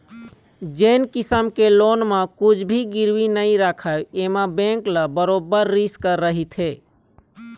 जेन किसम के लोन म कुछ भी गिरवी नइ राखय एमा बेंक ल बरोबर रिस्क रहिथे